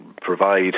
provide